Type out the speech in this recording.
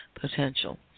potential